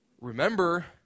remember